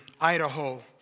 Idaho